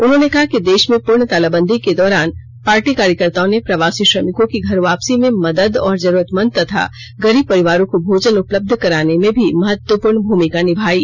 उन्होंने कहा कि देष में पूर्ण तालाबदी के दौरान पार्टी कार्यकर्त्ताओं ने प्रवासी श्रमिकों की घर वापसी में मदद और जरूरतमंद तथा गरीब परिवारों को भोजन उपलब्ध कराने में भी महत्वपूर्ण भूमिका निभायी